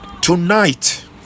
tonight